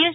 S